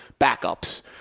backups